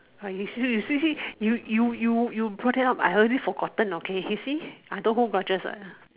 uh you see you you you brought it up I already forgotten okay you see I don't hold grudges ah